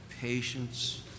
patience